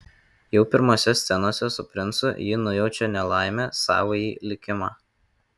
jau pirmose scenose su princu ji nujaučia nelaimę savąjį likimą